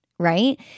Right